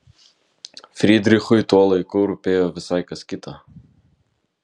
frydrichui tuo laiku rūpėjo visai kas kita